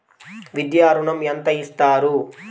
విద్యా ఋణం ఎంత ఇస్తారు?